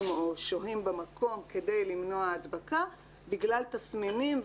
או שוהים במקום כדי למנוע הדבקה בגלל תסמינים,